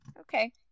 Okay